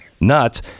nuts